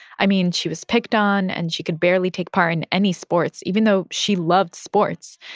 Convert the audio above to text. i mean, she was picked on, and she could barely take part in any sports even though she loved sports.